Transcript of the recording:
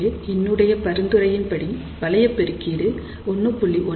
எனவே என்னுடைய பரிந்துரையின்படி வளைய பெருக்கீடு 1